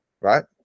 Right